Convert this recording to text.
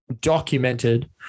documented